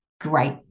Great